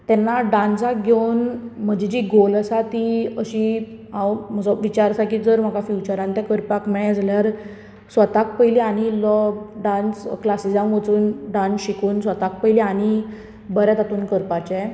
तेन्ना डान्साक घेवन म्हजी जी गोल आसा ती अशी हांव म्हजो विचार आसा की जर म्हाका फ्यूचरान ते करपाक मेळ्ळे जाल्यार स्वताक पयली आनी इल्लो डान्स क्लासिजांक वचून डान्स शिकून स्वताक पयलीं आनी बरें तातूंत करपाचे